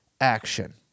action